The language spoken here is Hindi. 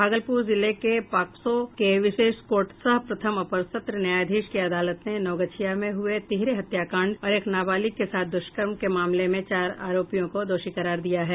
भागलपुर जिले के पॉक्सो के विशेष कोर्ट सह प्रथम अपर सत्र न्यायाधीश की अदालत ने नवगछिया में हुए तिहरे हत्याकांड और एक नाबालिग के साथ दुष्कर्म के मामले में चार आरोपियों को दोषी करार दिया है